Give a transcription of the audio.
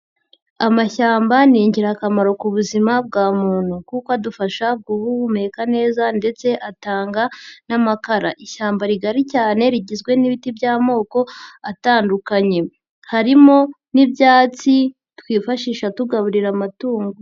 Amashyamba ni ingirakamaro ku buzima bwa muntu kuko adufasha guhumeka neza ndetse atanga n'amakara. Ishyamba rigari cyane rigizwe n'ibiti by'amoko atandukanye. Harimo n'ibyatsi twifashisha tugaburira amatungo.